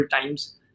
times